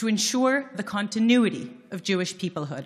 כדי להבטיח את המשכיות קיומו של העם היהודי.